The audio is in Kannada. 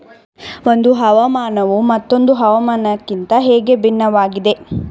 ಒಂದು ಹವಾಮಾನವು ಮತ್ತೊಂದು ಹವಾಮಾನಕಿಂತ ಹೇಗೆ ಭಿನ್ನವಾಗಿದೆ?